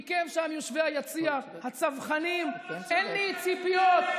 מכם שם, יושבי היציע, הצווחנים, אין לי ציפיות.